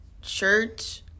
shirt